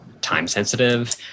time-sensitive